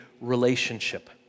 relationship